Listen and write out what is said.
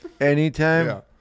Anytime